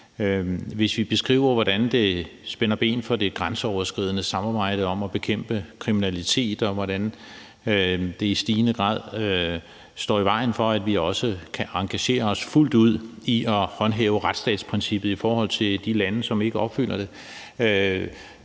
hvis vi beskriver, hvordan det spænder ben for det grænseoverskridende samarbejde om at bekæmpe kriminalitet, og hvordan det i stigende grad står i vejen for, at vi også kan engagere os fuldt ud i at håndhæve retsstatsprincippet i forhold til de lande, som ikke opfylder det,